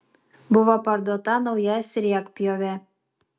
buvo parduota nauja sriegpjovė